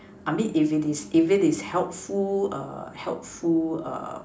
I mean if it is if it is helpful helpful